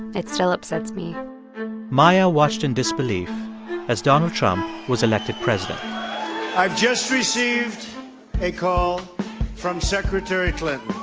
it still upsets me maia watched in disbelief as donald trump was elected president i just received a call from secretary clinton